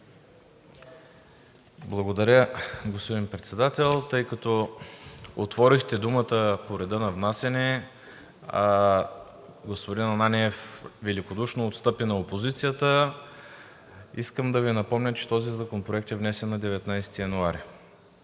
Благодаря, господин Председател. Тъй като отворихте думата – по реда на внасяне, а господин Ананиев великодушно отстъпи на опозицията, искам да Ви напомня, че този законопроект е внесен на 19 януари.